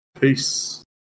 peace